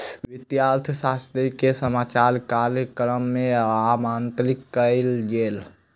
वित्तीय अर्थशास्त्री के समाचार कार्यक्रम में आमंत्रित कयल गेल